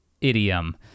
idiom